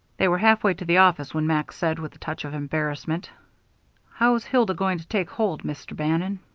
they were halfway to the office when max said, with a touch of embarrassment how's hilda going to take hold, mr. bannon?